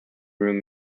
room